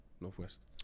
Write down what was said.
Northwest